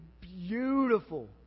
beautiful